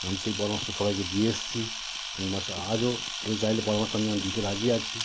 আমি সেই পরামর্শ সবাইকে দিয়ে এসসি কিম্বা স আজও কেউ চাইলে পরামর্শ আমি দিতে রাজি আছি